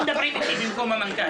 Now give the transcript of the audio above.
לא מדברים איתי במקום המנכ"ל.